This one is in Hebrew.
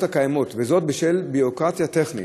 הקיימות וזאת בשל ביורוקרטיה טכנית.